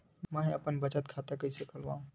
मेंहा अपन बचत खाता कइसे खोलव?